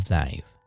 life